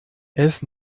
elf